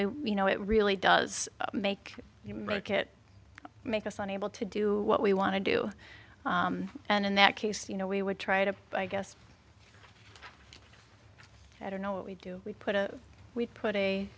we you know it really does make you make it make us on able to do what we want to do and in that case you know we would try to i guess i don't know what we do we put a we put